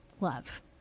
love